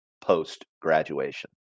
post-graduation